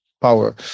power